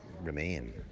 remain